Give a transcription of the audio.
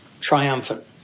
triumphant